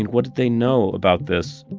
and what did they know about this?